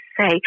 say